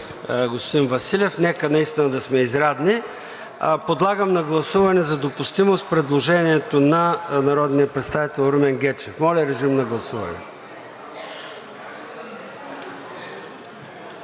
господин Василев. Нека наистина да сме изрядни. Подлагам на гласуване за допустимост предложението на народния представител Румен Гечев. Правилно е,